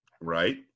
Right